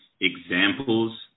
examples